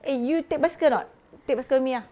eh you take bicycle or not take bicycle with me ah